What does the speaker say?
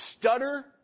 stutter